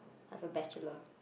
I have a Bachelor